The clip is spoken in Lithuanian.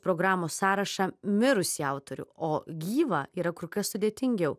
programos sąrašą mirusį autorių o gyvą yra kur kas sudėtingiau